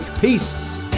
Peace